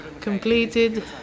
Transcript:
completed